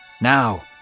Now